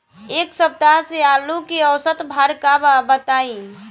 एक सप्ताह से आलू के औसत भाव का बा बताई?